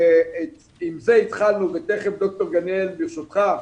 עם זה התחלנו ותכף דוקטור גניאל, ברשותך,